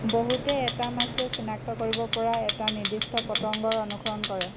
বহুতে এটা মাছে চিনাক্ত কৰিব পৰা এটা নিৰ্দিষ্ট পতংগৰ অনুসৰণ কৰে